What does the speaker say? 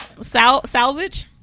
Salvage